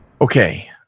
Okay